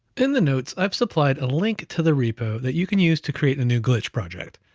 in the notes, i've supplied a link to the repo that you can use to create the new glitch project.